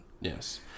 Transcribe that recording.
Yes